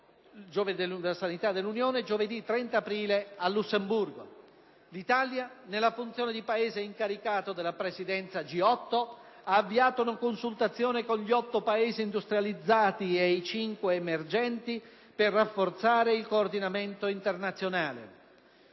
dell'Unione europea. L'Italia, nella funzione di Paese incaricato della Presidenza G8, ha avviato una consultazione con gli otto Paesi industrializzati ed i cinque emergenti per rafforzare il coordinamento internazionale.